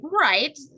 right